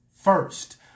first